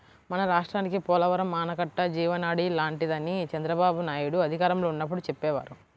మన రాష్ట్రానికి పోలవరం ఆనకట్ట జీవనాడి లాంటిదని చంద్రబాబునాయుడు అధికారంలో ఉన్నప్పుడు చెప్పేవారు